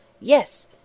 Yes